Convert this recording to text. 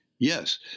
Yes